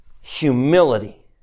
humility